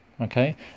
okay